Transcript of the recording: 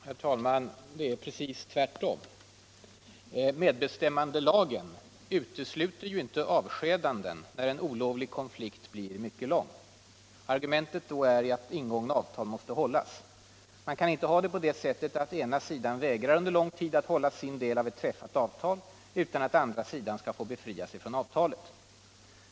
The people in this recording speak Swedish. Herr talman! Det är precis tvärtom. Medbestämmandelagen utesluter inte avskedanden när en olovlig konflikt blir mycket lång. Argumentet är då att ingångna avtal måste hållas. Man kan inte ha en ordning där den ena sidan under lång tid vägrar att hålla sin del av ett träffat avtal, utan att den andra sidan skall få befria sig från avtalet.